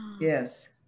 Yes